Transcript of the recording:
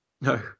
No